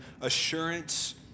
assurance